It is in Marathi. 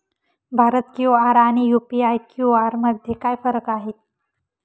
भारत क्यू.आर आणि यू.पी.आय क्यू.आर मध्ये काय फरक आहे?